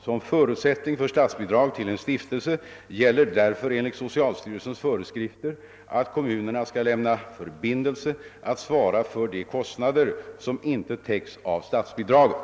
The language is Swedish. Som förutsättning för statsbidrag till en stiftelse gäller därför enligt socialstyrelsens föreskrifter att kommunerna skall lämna förbindelse att svara för de kostnader som inte täcks av statsbidraget.